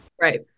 Right